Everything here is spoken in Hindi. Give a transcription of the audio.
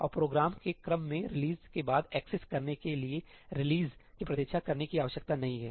और प्रोग्राम के क्रम में रिलीज़release' के बाद एक्सेस करने के लिए रिलीज़release' की प्रतीक्षा करने की आवश्यकता नहीं है